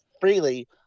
freely